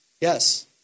Yes